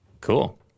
Cool